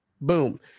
Boom